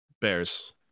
Bears